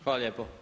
Hvala lijepo.